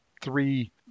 three